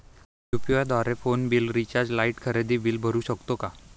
UPI द्वारे phone bill, recharge, light, खरेदी bill भरू शकतो का?